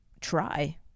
try